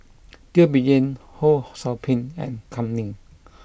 Teo Bee Yen Ho Sou Ping and Kam Ning